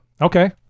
Okay